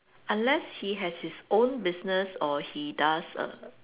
unless he has his own business or he does err